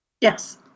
yes